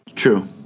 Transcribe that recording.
True